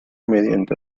mediante